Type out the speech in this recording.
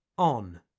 on